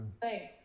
Thanks